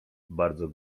bardzo